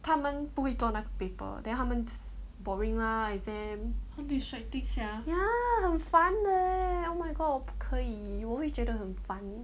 他们不会做那个 paper then 他们 boring lah exam ya 很烦的 leh oh my god 我不可以我会觉得很烦